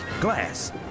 Glass